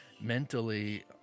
mentally